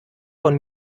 von